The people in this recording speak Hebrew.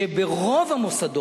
שברובם,